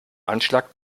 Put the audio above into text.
anschlag